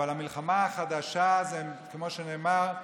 אבל המלחמה החדשה היא, כמו שנאמר,